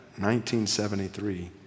1973